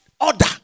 order